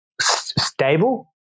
stable